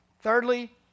Thirdly